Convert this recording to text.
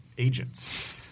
agents